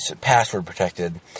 password-protected